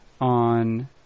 on